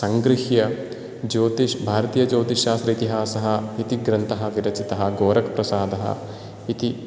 संगृह्य ज्योतिष् भारतीयज्योतिष्शास्त्र इतिहासः इति ग्रन्थः विरचितः गोरख्प्रसादः इति